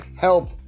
Help